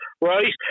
right